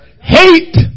hate